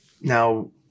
now